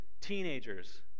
teenagers